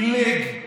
עילג,